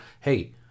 hey